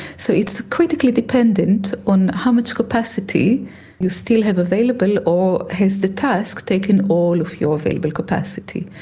so it is critically dependent on how much capacity you still have available, or has the task taken all of your available capacity.